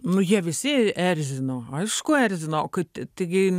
nu jie visi erzino aišku erzino o kaip tai taigi